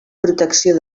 protecció